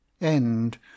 End